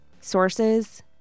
Sources